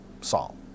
Saul